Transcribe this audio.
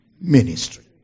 ministry